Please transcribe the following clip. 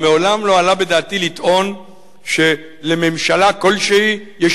מעולם לא עלה בדעתי לטעון שלממשלה כלשהי יש